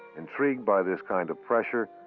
intrigued by this kind of pressure,